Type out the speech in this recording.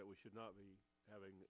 that we should not be having